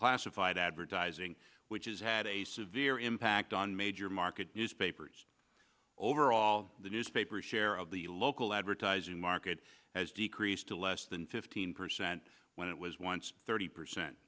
classified advertising which is had a severe impact on major market newspapers overall the newspaper share of the local advertising market has decreased to less than fifteen percent when it was once thirty percent